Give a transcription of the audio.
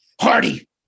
Hardy